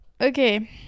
okay